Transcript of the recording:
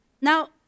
Now